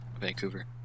Vancouver